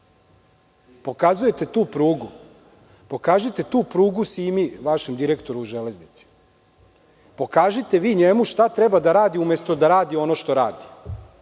ismejavate. Pokazujete tu prugu. Pokažite tu prugu Simi, vašem direktoru u „Železnici“. Pokažite vi njemu šta treba da radi umesto da radi ono što radi.